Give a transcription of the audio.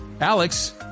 Alex